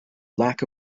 lack